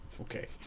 Okay